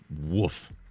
woof